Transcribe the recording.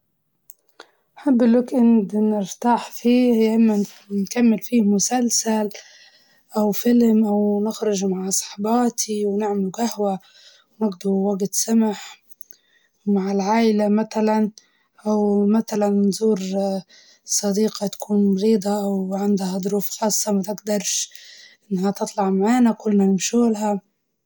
نحب نحتفل بعيد ميلادي بطريقة بسيطة، تجمع صغير مع اللي نحبهم، ومرات نحب نسافر، لو كان وقتها الجو سامح، لكن ديما نحب الهدوء بدل الحفلات الكبيرة.